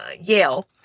Yale